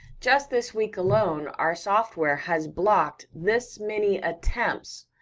just this week alone, our software has blocked this many attempts,